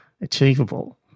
achievable